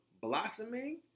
blossoming